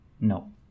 No